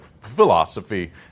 philosophy